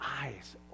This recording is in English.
eyes